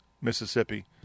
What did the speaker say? Mississippi